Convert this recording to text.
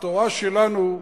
התורה שלנו,